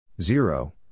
Zero